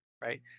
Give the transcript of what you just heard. right